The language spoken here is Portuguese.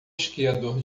esquiador